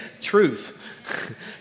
truth